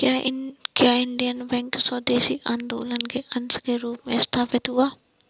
क्या Indian Bank स्वदेशी आंदोलन के अंश के रूप में स्थापित हुआ?